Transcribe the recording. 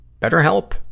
BetterHelp